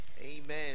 Amen